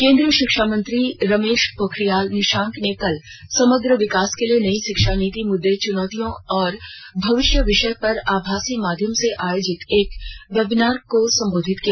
केंद्रीय शिक्षा मंत्री रमेश पोखरियाल निशंक ने कल समग्र विकास के लिए नई शिक्षा नीति मुद्दे चुनौतियां और भविष्य विषय पर आभासी माध्यम से आयोजित एक वेबीनार को संबोधित किया